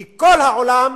כי כל העולם